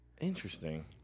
Interesting